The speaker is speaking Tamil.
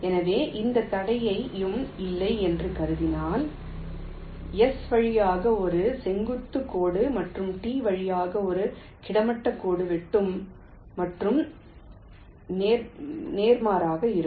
எனவே எந்த தடையும் இல்லை என்று கருதினால் S வழியாக ஒரு செங்குத்து கோடு மற்றும் T வழியாக ஒரு கிடைமட்ட கோடு வெட்டும் மற்றும் நேர்மாறாக இருக்கும்